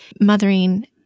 mothering